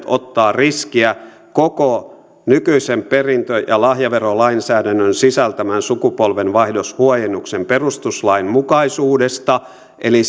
ottaa riskiä koko nykyisen perintö ja lahjaverolainsäädännön sisältämän sukupolvenvaihdoshuojennuksen perustuslainmukaisuudesta eli